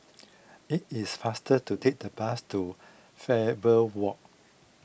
it is faster to take the bus to Faber Walk